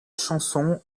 chanson